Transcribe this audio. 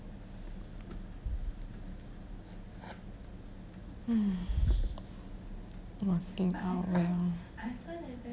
hmm working out well